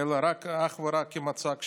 אלא אך ורק כמצג שווא.